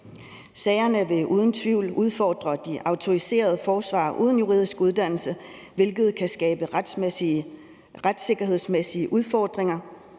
Sagerne vil uden tvivl udfordre de autoriserede forsvarere uden en juridisk uddannelse, hvilket kan skabe retssikkerhedsmæssige udfordringer,